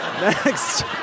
Next